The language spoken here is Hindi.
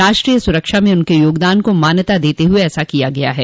राष्ट्रीय सुरक्षा में उनके योगदान को मान्यता देते हुए ऐसा किया गया है